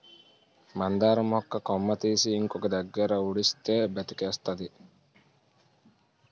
మందార మొక్క కొమ్మ తీసి ఇంకొక దగ్గర ఉడిస్తే బతికేస్తాది